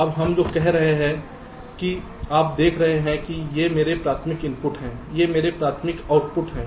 अब हम जो कह रहे हैं कि आप देख रहे हैं ये मेरे प्राथमिक इनपुट हैं ये मेरे प्राथमिक आउटपुट हैं